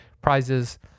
prizes